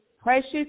precious